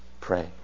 pray